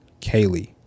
Kaylee